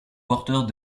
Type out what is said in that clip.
porteurs